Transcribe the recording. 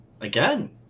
Again